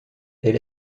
elle